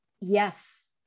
yes